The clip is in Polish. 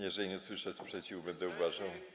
Jeżeli nie usłyszę sprzeciwu, będę uważał.